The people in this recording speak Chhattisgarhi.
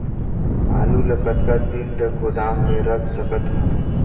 आलू ल कतका दिन तक गोदाम मे रख सकथ हों?